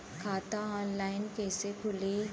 खाता ऑनलाइन कइसे खुली?